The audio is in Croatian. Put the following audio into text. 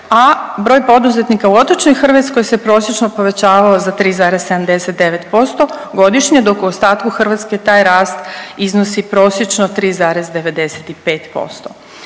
a broj poduzetnika u otočnoj Hrvatskoj se prosječno povećavao za 3,79% godišnje, dok u ostatku Hrvatske taj rast iznosi prosječno 3,95%.